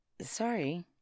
Sorry